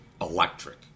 electric